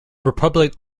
republic